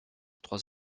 trois